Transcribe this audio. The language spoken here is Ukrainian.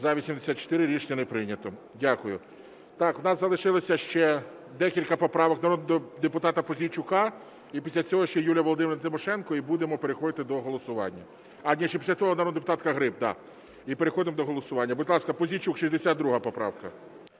За-84 Рішення не прийнято. Дякую. Так, у нас залишилося ще декілька поправок народного депутата Пузійчука і після цього ще Юлія Володимирівна Тимошенко, і будемо переходити до голосування. А, ні, ще після того народна депутатка Гриб і переходимо до голосування. Будь ласка, Пузійчук, 62 поправка.